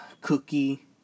cookie